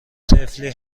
طفلی